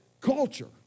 culture